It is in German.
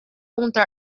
unter